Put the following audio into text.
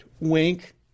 Wink